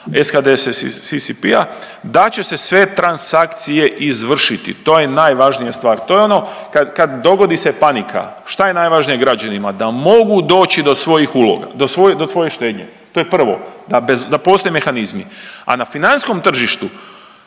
SKDD CCP-a da će se sve transakcije izvršiti. To je najvažnija stvar. To je ono kad dogodi se panika. Šta je najvažnije građanima? Da mogu doći do svojih uloga, do svoje štednje, to je prvo da postoje mehanizmi. A na financijskom tržištu